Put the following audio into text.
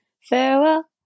farewell